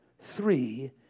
three